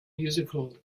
musical